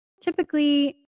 typically